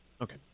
Okay